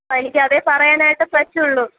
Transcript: എനിക്കതേ പറയാനായിട്ടു പറ്റുകയുള്ളൂ